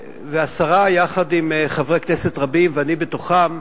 והשרה, יחד עם חברי כנסת רבים, ואני בתוכם,